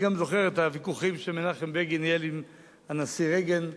אני גם זוכר את הוויכוחים שמנחם בגין ניהל עם הנשיא רייגן,